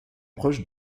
proche